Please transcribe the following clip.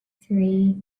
three